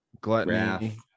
gluttony